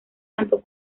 tanto